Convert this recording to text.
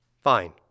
Fine